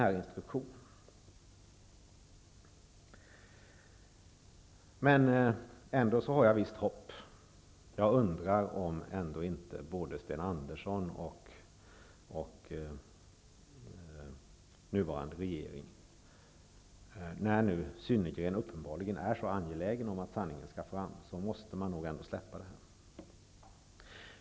Ändå hyser jag ett visst hopp. Jag undrar om inte både Sten Andersson och nuvarande regeringen, när nu Synnergren uppenbarligen är så angelägen om att sanningen skall fram, ändå måste släppa handlingen.